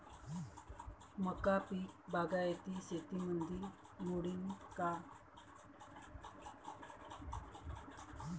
मका पीक बागायती शेतीमंदी मोडीन का?